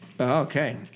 Okay